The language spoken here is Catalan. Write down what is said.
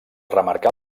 remarcar